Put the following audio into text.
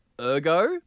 Ergo